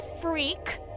freak